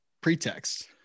pretext